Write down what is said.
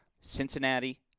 Cincinnati